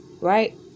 Right